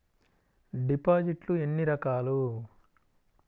డిపాజిట్లు ఎన్ని రకాలు?